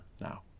now